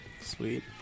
Sweet